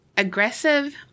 Aggressive